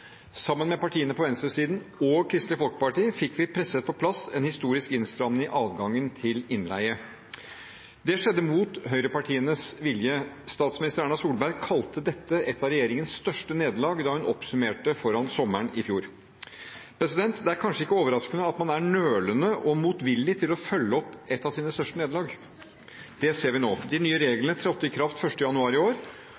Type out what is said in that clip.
Sammen med partiene på venstresiden og Kristelig Folkeparti fikk vi presset på plass en historisk innstramning i adgangen til innleie. Det skjedde mot høyrepartienes vilje. Statsminister Erna Solberg kalte dette et av regjeringens største nederlag da hun oppsummerte før sommeren i fjor. Det er kanskje ikke overraskende at man er nølende og motvillig til å følge opp et av sine største nederlag. Det ser vi nå. De nye